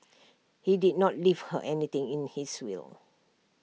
he did not leave her anything in his will